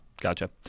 gotcha